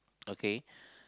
okay